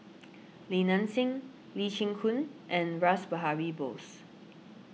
Li Nanxing Lee Chin Koon and Rash Behari Bose